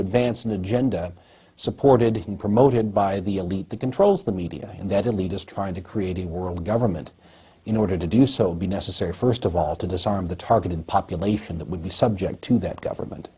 advance an agenda supported and promoted by the elite that controls the media and that elitist trying to create a world government in order to do so be necessary first of all to disarm the targeted population that would be subject to that government